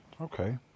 okay